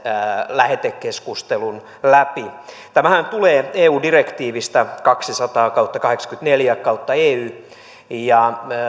lähetekeskustelun läpi tämähän tulee eu direktiivistä kaksisataa kautta kahdeksankymmentäneljä ey ja